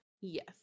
Yes